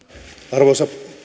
arvoisa